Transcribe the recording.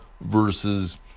versus